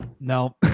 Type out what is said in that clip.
No